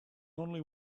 only